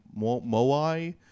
Moai